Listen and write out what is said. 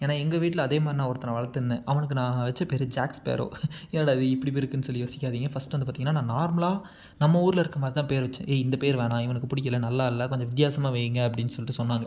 ஏன்னால் எங்கள் வீட்டில் அதே மாதிரி நான் ஒருத்தனை வளர்த்துருந்தேன் அவனுக்கு நான் வச்ச பேர் ஜாக்ஸ் பேரோ என்னடா இது இப்படி பேர் இருக்குதுன்னு சொல்லி யோசிக்காதிங்க ஃபஸ்ட் வந்து பாத்தீங்கன்னா நான் நார்மலாக நம்ம ஊரில் இருக்கற மாதிரி தான் பேர் வச்சேன் ஏய் இந்த பேர் வேணாம் இவனுக்கு பிடிக்கல நல்லா இல்லை கொஞ்சம் வித்தியாசமாக வைங்க அப்படின் சொல்லிட்டு சொன்னாங்க